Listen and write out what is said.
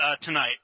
tonight